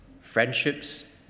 friendships